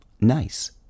nice